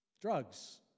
Drugs